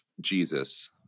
Jesus